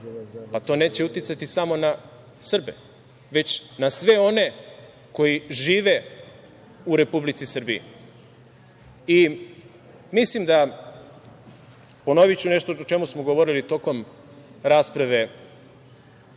pa to neće uticati samo na Srbe, već na sve one koji žive u Republici Srbiji. Ponoviću nešto o čemu smo govorili tokom rasprave